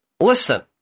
Listen